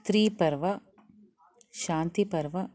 स्त्रीपर्व शान्तिपर्व